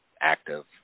active